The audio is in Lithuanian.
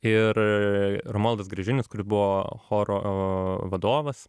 ir romualdas gražinis kuris buvo choro vadovas